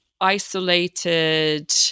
isolated